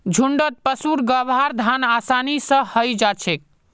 झुण्डत पशुर गर्भाधान आसानी स हई जा छेक